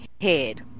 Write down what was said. head